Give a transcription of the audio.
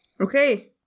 Okay